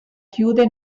chiude